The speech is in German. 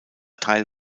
teil